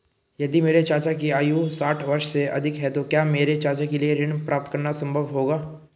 यदि मेरे चाचा की आयु साठ वर्ष से अधिक है तो क्या मेरे चाचा के लिए ऋण प्राप्त करना संभव होगा?